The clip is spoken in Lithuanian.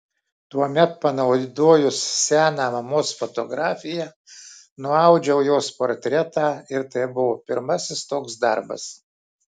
tuomet panaudojus seną mamos fotografiją nuaudžiau jos portretą ir tai buvo pirmasis toks darbas